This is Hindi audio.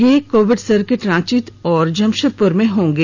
ये कोविड सर्किट रांची और जमशेदप्र में होंगे